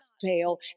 fail